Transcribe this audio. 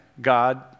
God